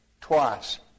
twice